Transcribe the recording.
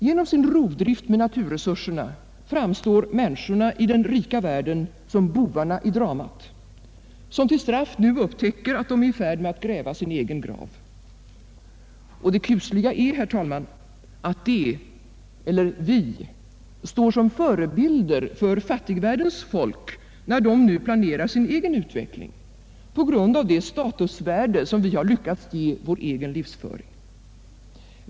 Genom sin rovdrift med naturresurserna framstår människorna i den rika världen som bovarna i dramat, vilka till straff nu upptäcker att de är i färd med att gräva sin egen grav. Och det kusliga är, herr talman, att de — eller vi — står som förebilder för fattigvärldens folk när de nu planerar sin egen utveckling, på grund av det statusvärde som vi har lyckats ge vår egen livsföring.